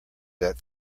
that